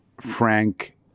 frank